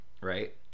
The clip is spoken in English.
right